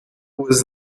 was